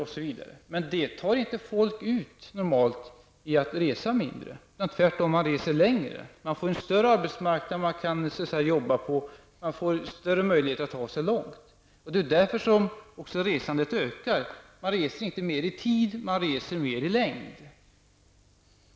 Det får dock normalt inte till resultat att folk reser mindre. Man reser tvärtom längre. Man får en större arbetsmarknad och större möjligheter att förflytta sig långt bort. Därför ökar resandet. Man reser inte mer i tid, man reser mer i längd.